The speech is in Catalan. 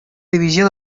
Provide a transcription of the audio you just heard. divisió